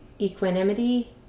equanimity